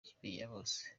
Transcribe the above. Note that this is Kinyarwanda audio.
ikimenyabose